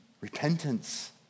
repentance